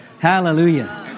Hallelujah